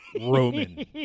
Roman